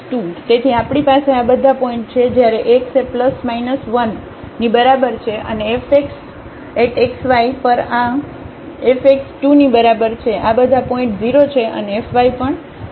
તેથી આપણી પાસે આ બધા પોઇન્ટ છે જ્યારે xએ ± 1 ની બરાબર છે અનેfx at xy પર આ fx 2 ની બરાબર છે આ બધા પોઇન્ટ 0 છે અને fy પણ 0 છે